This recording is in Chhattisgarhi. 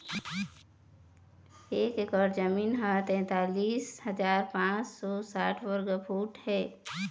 एक एकर जमीन ह तैंतालिस हजार पांच सौ साठ वर्ग फुट हे